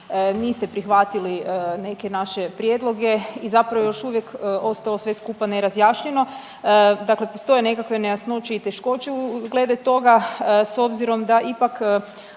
Niste prihvatili neke naše prijedloge i zapravo još uvijek je ostalo sve skupa nerazjašnjeno, dakle postoje nekakve nejasnoće i teškoće glede toga s obzirom da ipak